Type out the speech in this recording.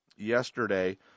Yesterday